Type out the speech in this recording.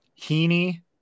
Heaney